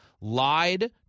lied